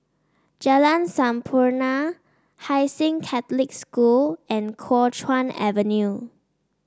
Jalan Sampurna Hai Sing Catholic School and Kuo Chuan Avenue